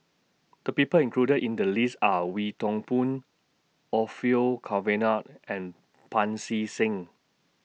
The People included in The list Are Wee Toon Boon Orfeur Cavenagh and Pancy Seng